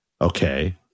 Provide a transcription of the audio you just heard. okay